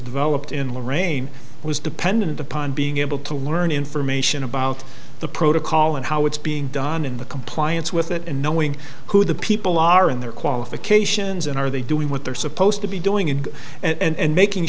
developed in lorain was dependent upon being able to learn information about the protocol and how it's being done in the compliance with it and knowing who the people are in their qualifications and are they doing what they're supposed to be doing and and making